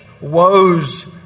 woes